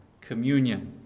communion